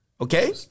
Okay